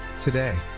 Today